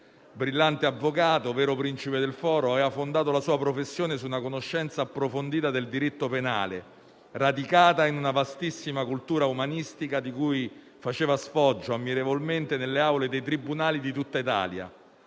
Brillante avvocato, vero principe del foro, aveva fondato la sua professione su una conoscenza approfondita del diritto penale, radicata in una vastissima cultura umanistica di cui faceva sfoggio ammirevolmente nelle aule dei tribunali di tutta Italia.